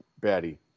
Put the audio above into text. Batty